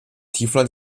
tiefland